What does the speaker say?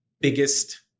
biggest